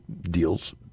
deals